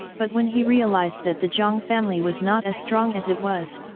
but when he realised that the jiang family was not as strong as it was,